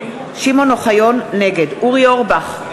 נגד אורי אורבך,